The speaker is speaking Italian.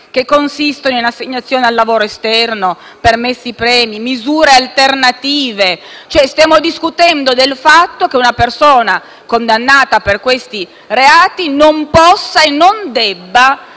che consistono in assegnazione al lavoro esterno, permessi premio, misure alternative; stiamo discutendo del fatto che una persona condannata per questi reati non possa e non debba